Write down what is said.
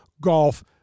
golf